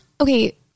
okay